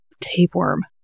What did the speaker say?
tapeworm